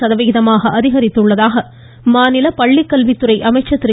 சதவிகிதமாக அதிகரித்துள்ளதாக மாநில பள்ளிக்கல்வித்துறை அமைச்சர் திரு